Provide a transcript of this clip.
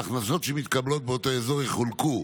ההכנסות שמתקבלות באותו אזור יחולקו